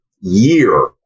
year